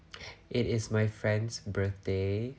it is my friend's birthday